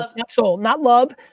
like not soul. not love,